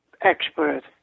expert